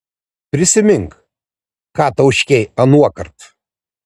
prisimink ką tauškei anuokart